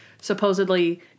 supposedly